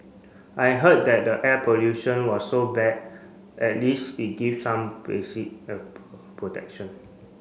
I heard that the air pollution was so bad at least it give some basic protection